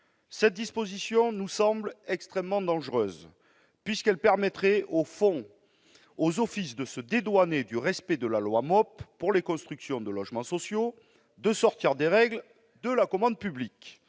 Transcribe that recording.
Cette disposition nous semble extrêmement dangereuse puisqu'elle permettrait au fond aux offices de se dédouaner du respect de la loi MOP pour les constructions de logements sociaux et de sortir des règles de la commande publique.